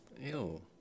Ew